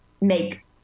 make